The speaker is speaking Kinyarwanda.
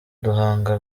duhanga